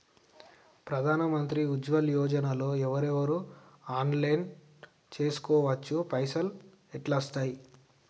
ప్రధాన మంత్రి ఉజ్వల్ యోజన లో ఎవరెవరు అప్లయ్ చేస్కోవచ్చు? పైసల్ ఎట్లస్తయి?